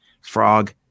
Frog